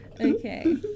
Okay